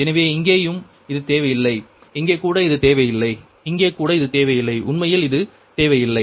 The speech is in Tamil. எனவே இங்கேயும் இது தேவையில்லை இங்கே கூட இது தேவையில்லை இங்கே கூட இது தேவையில்லை உண்மையில் இது தேவையில்லை